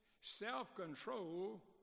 self-control